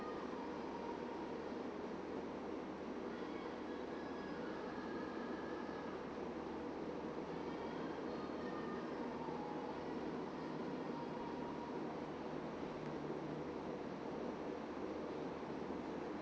mm hmm